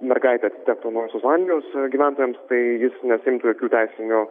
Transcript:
mergaitė atitektų naujosios zelandijos gyventojams tai jis nesiimtų jokių teisinių